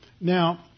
Now